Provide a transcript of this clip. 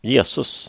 Jesus